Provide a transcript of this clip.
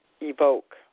evoke